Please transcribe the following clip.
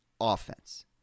Offense